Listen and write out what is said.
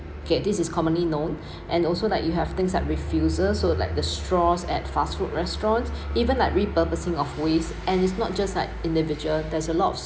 okay this is commonly known and also like you have things like refuse so like the straws at fast food restaurants even at repurposing of waste and it's not just like individual there's a lot of